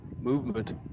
movement